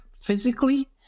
physically